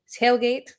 Tailgate